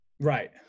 right